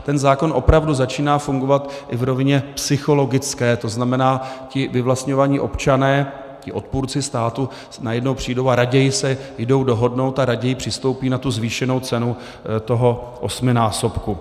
Ten zákon opravdu začíná fungovat i v rovině psychologické, to znamená, vyvlastňovaní občané, ti odpůrci státu, najednou přijdou a raději se jdou dohodnout a raději přistoupí na tu zvýšenou cenu toho osminásobku.